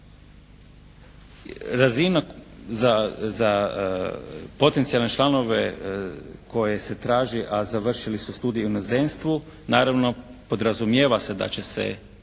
Razina za potencijalne članove koji se traži a završili su studij u inozemstvu naravno, podrazumijeva se da će se